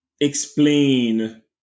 explain